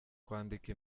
kwandika